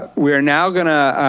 we are now gonna